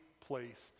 placed